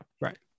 right